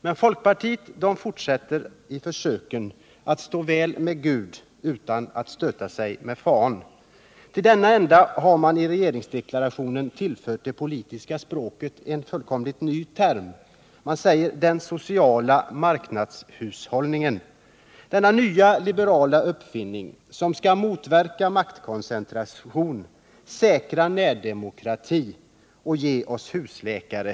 Men folkpartiet framhärdar i försöken att stå väl med Gud utan att stöta sig med fan. Till den ändan har man i regeringsdeklarationen tillfört det politiska språket en helt ny term, nämligen den sociala marknadshushållningen. Denna nya liberala uppfinning skall motverka maktkoncentration, säkra närdemokratin och ge oss husläkare.